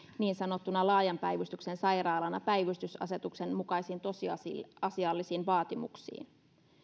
niin sanottuna laajan päivystyksen sairaalana päivystysasetuksen mukaisiin tosiasiallisiin vaatimuksiin